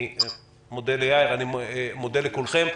אני מודה ליאיר לפיד, אני מודה לכולכם.